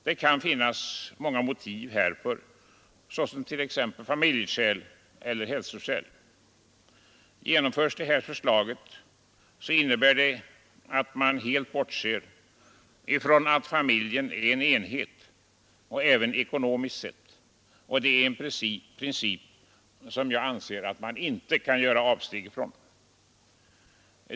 Det kan finnas många motiv härför, såsom familjeskäl och hälsoskäl. Genomförs det här förslaget, så innebär det att man helt bortser ifrån att familjen är en enhet, även ekonomiskt sett. Detta är en princip som jag anser att man inte kan göra avsteg ifrån.